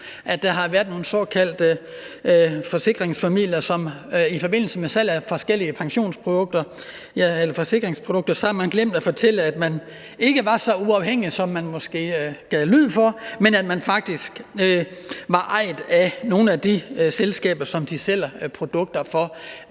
eksempler på, at nogle såkaldte forsikringsformidlere i forbindelse med salg af forskellige pensions- eller forsikringsprodukter havde glemt at fortælle, at de ikke var så uafhængige, som de måske gav udtryk for, idet de faktisk var ejet af de selskaber, som de solgte produkter for.